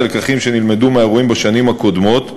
לנוכח הלקחים שנלמדו מהאירועים בשנים הקודמות,